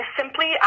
simply